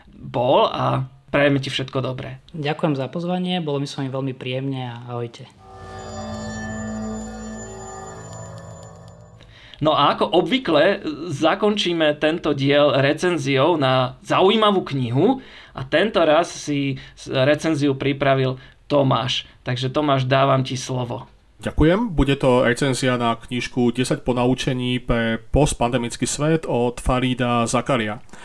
bol a prajeme ti všetko dobré. Ďakujem za pozvanie, bolo mi s vami veľmi príjemne a ahojte. No a ako obvykle, e, zakončíme tento diel recenziou na zaujímavú knihu a tento raz si s- recenziu pripravil Tomáš. Takže Tomáš, dávam ti slovo. Ďakujem. Bude to recenzia na knižku 10 ponaučení pre postpandemický svet od Farida Zakaria.